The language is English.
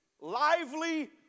lively